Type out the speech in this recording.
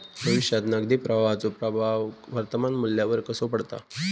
भविष्यात नगदी प्रवाहाचो प्रभाव वर्तमान मुल्यावर कसो पडता?